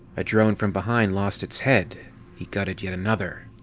a drone from behind lost its head he gutted yet another.